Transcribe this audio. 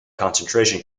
concentration